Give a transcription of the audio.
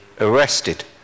arrested